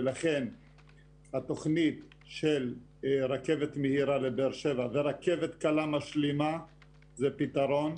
ולכן התוכנית של רכבת מהירה לבאר שבע ורכבת קלה משלימה זה פתרון.